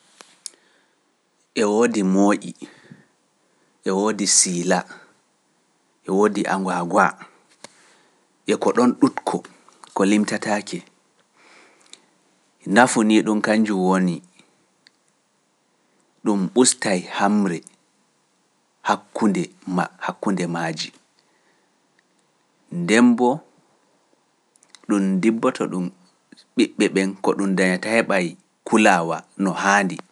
E woodi mooƴi, e woodi siila, e woodi angwa-gwa, e ko ɗon ɗutko ko limtatake, nafu niɗum kanjum woni ɗum bustay hamre hakkunde maaji. Ndembo ɗum ndibboto ɓiɓɓe ɓen ko ɗum dañata heɓay kulaawa no haandi.